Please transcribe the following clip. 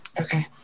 Okay